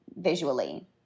visually